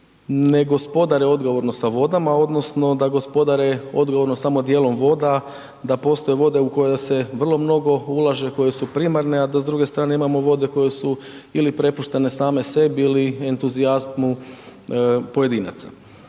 ne gospodare odgovorno sa vodama odnosno da gospodare odgovorno samo djelom voda, postoje vode u koje se vrlo mnogo ulaže, koje su primarne a da s druge strane imamo vode koje su ili prepuštene ili same sebi ili entuzijazmu pojedinaca.